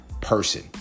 person